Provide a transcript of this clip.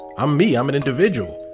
i'm me, i'm an individual,